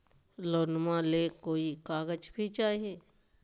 लोनमा ले कोई कागज भी चाही?